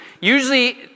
usually